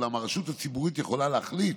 אולם, הרשות הציבורית יכולה להחליט